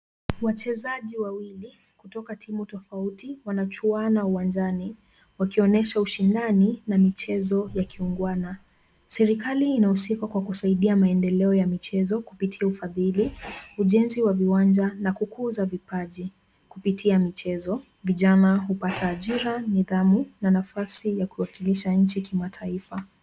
Wachezaji wawili, kutoka timu tofauti, wanachuana uwanjani. Wakionyesha ushindani na michezo ya kiungwana. Serikali inahusika kwa kusaidia maendeleo ya michezo kupitia ufadhili, ujenzi wa viwanja, na kukuza vipaji. Kupitia michezo, vijana, hupata ajira, nidhamu, na nafasi ya kuwakilisha nchi kimataifa.